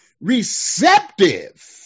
receptive